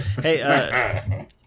Hey